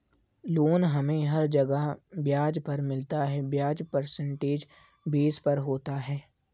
loan हमे हर जगह ब्याज पर मिलता है ब्याज परसेंटेज बेस पर होता है